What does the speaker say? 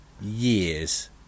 years